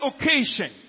occasion